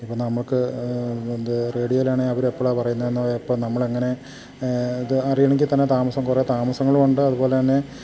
ഇപ്പം നമുക്ക് റേഡിയോയിലാണേ അവരെപ്പളാ പറയുന്നെന്നോ എപ്പം നമ്മളെങ്ങനെ ഇത് അറിയണമെങ്കിൽ തന്നെ താമസം കുറെ താമസങ്ങൾ ഉണ്ട് അതുപോലെ തന്നെ